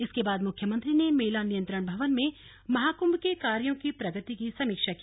इसके बाद मुख्यमंत्री ने मेला नियत्रंण भवन में महाकृभ के कार्यो की प्रगति की समीक्षा की